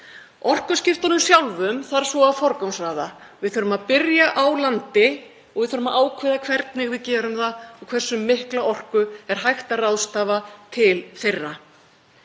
Orkuskiptunum sjálfum þarf svo að forgangsraða. Við þurfum að byrja á landi og við þurfum að ákveða hvernig við gerum það og hversu mikilli orku er hægt að ráðstafa til þeirra.